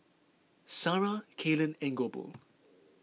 Sarrah Kaylen and Goebel